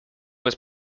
was